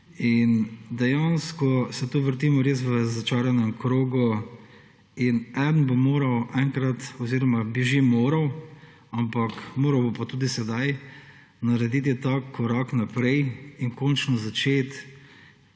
Dejansko se tu vrtimo res v začaranem krogu in eden bo moral enkrat oziroma bi že moral, ampak moral bi pa tudi sedaj narediti tak korak naprej in končno začeti